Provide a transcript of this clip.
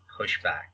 pushback